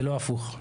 ולא הפוך.